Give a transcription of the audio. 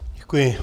Děkuji.